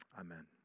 Amen